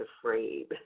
afraid